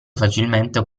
facilmente